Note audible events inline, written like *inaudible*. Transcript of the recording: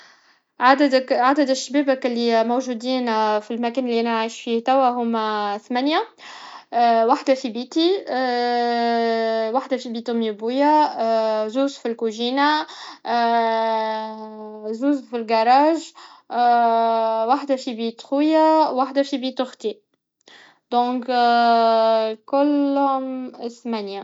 عدد الشبابك لي موجودين في المكان لي انا نعيش فيه هو ثمنيه وحده في بيتي *hesitation* وحده في بيت امي و بويا جوج فالكوزينه *hesitation* زوز فالغاراج *hesitation* وحده في بيت خويا ووحده في بيت اختي *hesitation* دونك كلهم ثمنيه